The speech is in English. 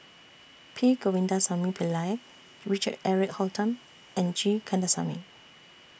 P Govindasamy Pillai Richard Eric Holttum and G Kandasamy